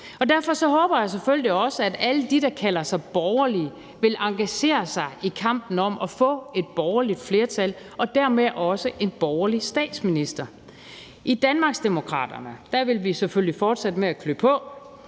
derfor håber jeg selvfølgelig også, at alle de, der kalder sig borgerlige, vil engagere sig i kampen for at få et borgerligt flertal og dermed også en borgerlig statsminister. I Danmarksdemokraterne vil vi selvfølgelig fortsætte med at klø på.